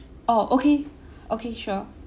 oh okay okay sure